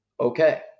okay